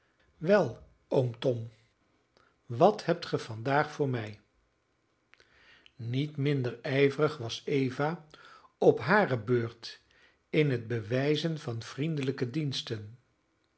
wel oom tom wat hebt ge vandaag voor mij niet minder ijverig was eva op hare beurt in het bewijzen van vriendelijke diensten